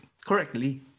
correctly